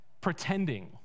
Pretending